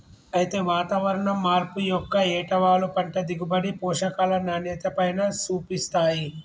అయితే వాతావరణం మార్పు యొక్క ఏటవాలు పంట దిగుబడి, పోషకాల నాణ్యతపైన సూపిస్తాయి